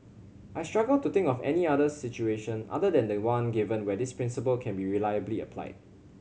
I struggle to think of any other situation other than the one given where this principle can be reliably applied